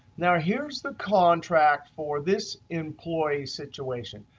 now here's the contract for this employee situation.